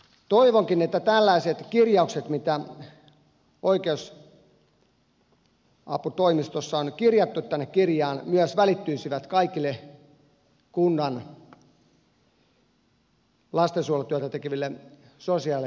toivonkin että tällaiset kirjaukset mitä oikeusasiamiehen toimistossa on kirjattu tänne kirjaan myös välittyisivät kaikille kunnan lastensuojelutyötä tekeville sosiaalijohtajille